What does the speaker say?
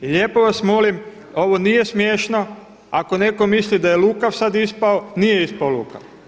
I lijepo vas molim ovo nije smiješno, ako netko misli daje lukav sad ispao nije ispao lukav.